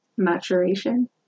maturation